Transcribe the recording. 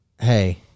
Hey